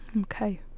okay